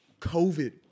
COVID